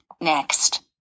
Next